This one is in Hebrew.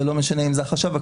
זה לא משנה אם זה החשב הכללי,